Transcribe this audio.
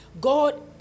god